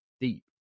deep